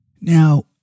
Now